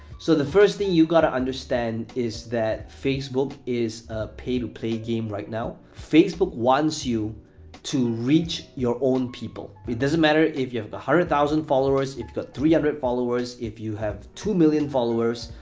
so, the first thing you gotta understand is that facebook is a pay-to-play game right now. facebook wants you to reach your own people. it doesn't matter if you have a hundred thousand followers, if you got three hundred followers, if you have two million followers,